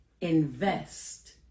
Invest